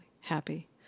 happy